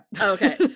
Okay